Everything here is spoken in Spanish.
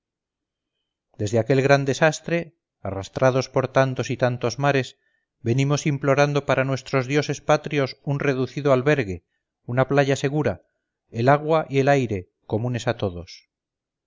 desde aquel gran desastre arrastrados por tantos y tantos mares venimos implorando para nuestros dioses patrios un reducido albergue una playa segura el agua y el aire comunes a todos